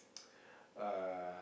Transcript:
uh